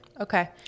okay